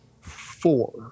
four